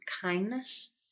kindness